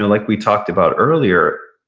like we talked about earlier,